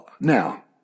Now